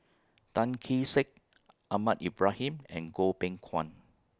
Tan Kee Sek Ahmad Ibrahim and Goh Beng Kwan